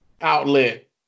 outlet